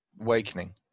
Awakening